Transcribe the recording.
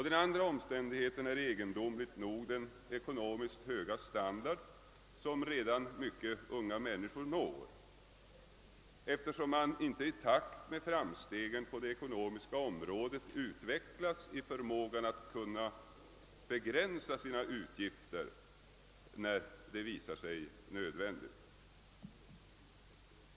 Den andra är, egendomligt nog, den höga ekonomiska standard som även mycket unga människor når, människor som inte i takt med framstegen på det ekonomiska området har utvecklats i sin förmåga att begränsa utgifterna, när detta är nödvändigt.